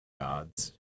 Gods